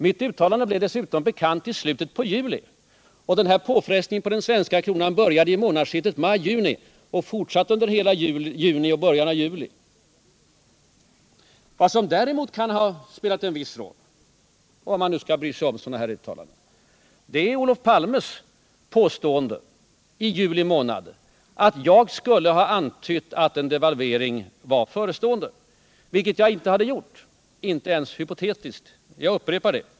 Mitt uttalande blev dessutom bekant först i slutet av juli, och påfrestningen på den svenska kronan började i månadsskiftet maj-juni och fortsatte under hela juni och juli. Vad som däremot kan ha spelat en roll, om man över huvud taget skall bry sig om sådana här uttalanden, är Olof Palmes påstående i juli månad att jag skulle ha antytt att en devalvering var förestående, vilket jag alltså inte hade gjort — inte ens hypotetiskt, jag upprepar det.